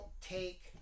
take